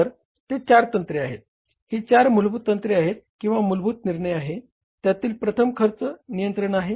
तर ते चार तंत्र आहेत ही चार मूलभूत तंत्रे आहेत किंवा मूलभूत निर्णय आहे त्यातील प्रथम खर्च नियंत्रण आहे